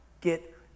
get